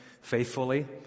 faithfully